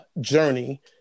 journey